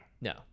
no